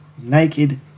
Naked